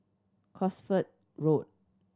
Cosford Road